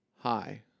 Hi